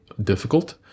difficult